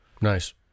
Nice